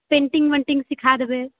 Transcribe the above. painting वेन्टिंग सिखा देबै